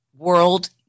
world